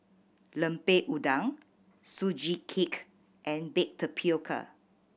Lemper Udang Sugee Cake and baked tapioca